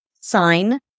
sign